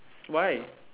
why